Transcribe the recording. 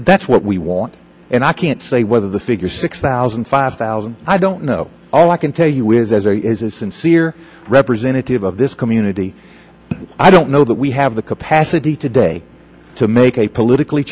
that's what we want and i can't say whether the figure six thousand five thousand i don't know all i can tell you is as a sincere representative of this community i don't know that we have the capacity today to make a politically